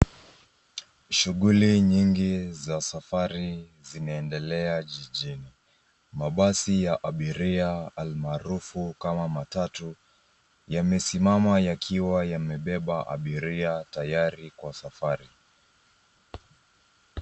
Shuguli nyingi za safari zinaendelea jijini. Mabasi ya abiria almaarufu kama matatu yamesimama yakiwa yamebeba abiria tayari kwa safari.